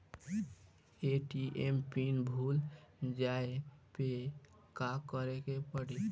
ATM PIN भूल जाए पे का करे के पड़ी?